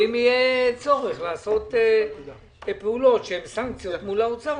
אם יהיה צורך לעשות פעולות שהן סנקציה מול האוצר,